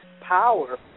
power